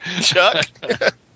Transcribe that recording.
Chuck